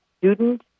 student